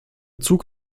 zug